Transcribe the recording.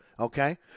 Okay